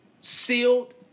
sealed